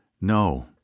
No